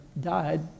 died